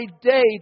day